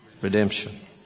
redemption